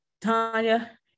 Tanya